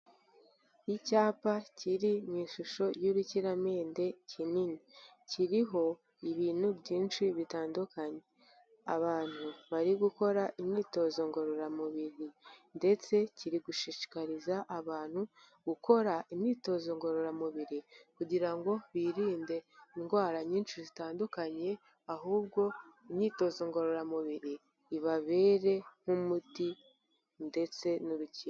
Icyapa kiri mu ishusho y'urukiramende kinini, kiriho ibintu byinshi bitandukanye, abantu bari gukora imyitozo ngororamubiri ndetse kiri gushishikariza abantu gukora imyitozo ngororamubiri kugira ngo birinde indwara nyinshi zitandukanye ahubwo imyitozo ngororamubiri ibabere nk'umuti ndetse n'urukingo.